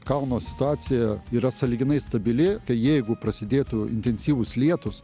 kauno situacija yra sąlyginai stabili jeigu prasidėtų intensyvūs lietūs